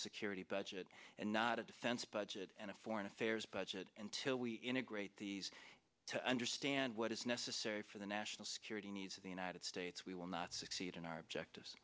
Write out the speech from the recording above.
security budget and not a defense budget and a foreign affairs budget until we integrate these to understand what is necessary for the national security needs of the united states we will not succeed in our objective